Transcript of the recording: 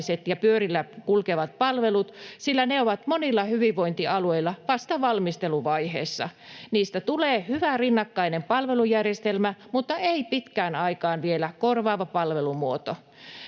ja pyörillä kulkevat palvelut, sillä ne ovat monilla hyvinvointialueilla vasta valmisteluvaiheessa. Niistä tulee hyvää rinnakkainen palvelujärjestelmä mutta ei vielä pitkään aikaan korvaava palvelumuoto.